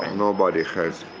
nobody has